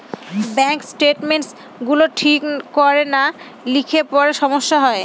bank statements গুলো ঠিক করে না লিখলে পরে সমস্যা হয়